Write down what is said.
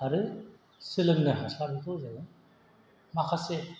आरो सोलोंनो हास्लाबिखौ जोङो माखासे